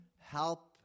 help